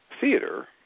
theater